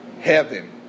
heaven